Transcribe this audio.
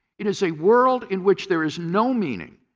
it is a world in which there is no meaning,